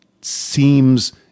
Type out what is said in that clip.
seems